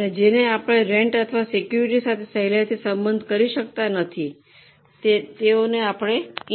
અને જેનો આપણે રેન્ટ અથવા સેક્યુરીટી સાથે સહેલાઇથી સંબંધ કરી શકતા નથી તેઓને